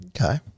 Okay